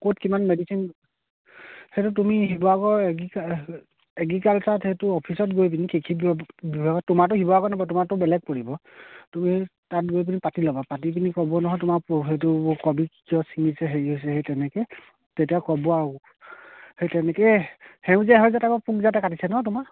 ক'ত কিমান মেডিচিন সেইটো তুমি শিৱসাগৰ এগ এগ্ৰিকালচাৰত সেইটো অফিচত গৈ পিনি কৃষি বি বিভাগত তোমাৰটো শিৱসাগৰত নপৰে তোমাৰতো বেলেগ পৰিব তুমি তাত গৈ পিনি পাতি ল'বা পাতি পিনি ক'ব নহয় তোমাৰ প সেইটো কবি কিয় চিঙিছে হেৰি হৈছে সেই তেনেকৈ তেতিয়া ক'ব আৰু সেই তেনেকৈ সেউজীয়া সেউজীয়া টাইপৰ পোকজাতে কাটিছে নহ্ তোমাৰ